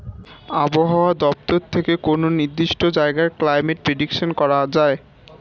আবহাওয়া দপ্তর থেকে কোনো নির্দিষ্ট জায়গার ক্লাইমেট প্রেডিকশন করা যায়